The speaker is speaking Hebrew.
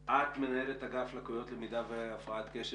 את מנהלת אגף לקויות למידה והפרעת קשב,